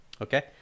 okay